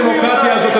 הדמוקרטיה הזאת,